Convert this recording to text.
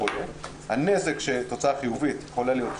הנזק שתוצאה חיובית יכולה לגרום,